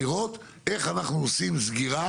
לראות איך אנחנו עושים סגירה